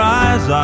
eyes